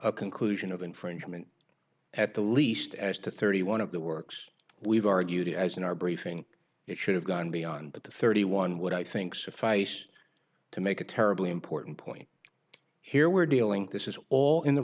a conclusion of infringement at the least as to thirty one of the works we've argued as in our briefing it should have gone beyond that thirty one would i think suffice to make a terribly important point here we're dealing this is all in the